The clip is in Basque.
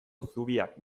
zubiak